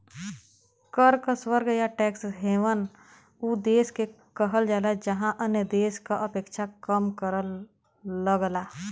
कर क स्वर्ग या टैक्स हेवन उ देश के कहल जाला जहाँ अन्य देश क अपेक्षा कम कर लगला